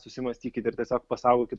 susimąstykit ir tiesiog pasaugokit